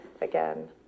again